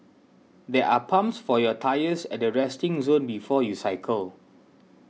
there are pumps for your tyres at the resting zone before you cycle